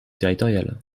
territorial